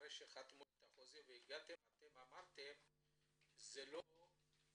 אחרי שחתמו את החוזים והגיעו, אתם אמרתם שאין